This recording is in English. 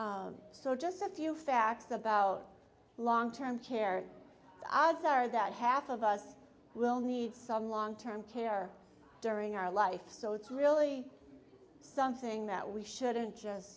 ok so just a few facts about long term care odds are that half of us will need some long term care during our life so it's really something that we shouldn't just